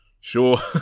Sure